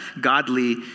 godly